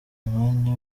mwanya